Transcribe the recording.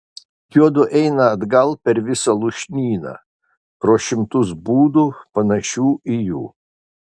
juodu eina atgal per visą lūšnyną pro šimtus būdų panašių į jų